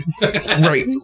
Right